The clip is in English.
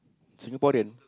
Singaporean